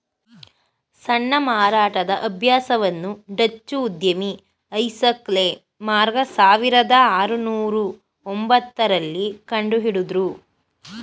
ಸಣ್ಣ ಮಾರಾಟದ ಅಭ್ಯಾಸವನ್ನು ಡಚ್ಚು ಉದ್ಯಮಿ ಐಸಾಕ್ ಲೆ ಮಾರ್ಗ ಸಾವಿರದ ಆರುನೂರು ಒಂಬತ್ತ ರಲ್ಲಿ ಕಂಡುಹಿಡುದ್ರು